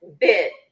bit